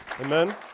Amen